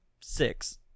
six